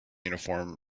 uniform